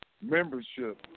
membership